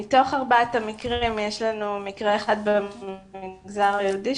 מתוך ארבעת המקרים יש לנו מקרה אחד במגזר היהודי,